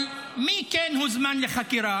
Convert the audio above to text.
אבל מי כן הוזמן לחקירה?